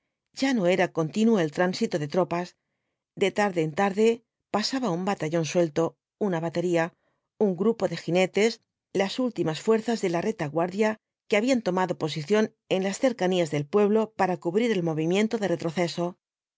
ya no era continuo el tránsito de tropas de tarde en tarde pasaba un batallón suelto una batería un grupo de jinetes las últimas fuerzas de la retaguardia que habían tomado posición en las cercanías del pueblo para cubrir el movimiento de retroceso